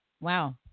Wow